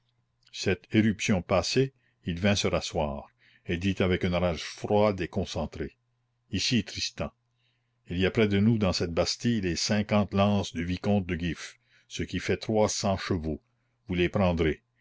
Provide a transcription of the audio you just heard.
cette éruption passée il vint se rasseoir et dit avec une rage froide et concentrée ici tristan il y a près de nous dans cette bastille les cinquante lances du vicomte de gif ce qui fait trois cents chevaux vous les prendrez